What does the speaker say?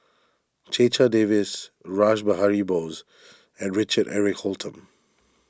Checha Davies Rash Behari Bose and Richard Eric Holttum